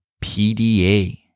PDA